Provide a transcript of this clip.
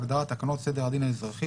בהגדרה "תקנות סדר הדין האזרחי",